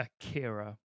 Akira